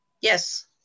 Yes